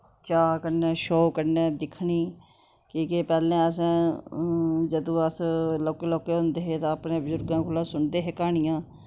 चाह् कन्नै शो कन्नै दिखनी की के पैह्लैअसैं जदूं अस लोह्के लोह्के होंदे हे ते आपने बुजुरगें कोला सुनदे हे क्हानियां